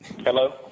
Hello